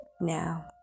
now